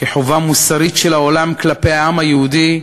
כחובה מוסרית של העולם כלפי העם היהודי,